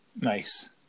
Nice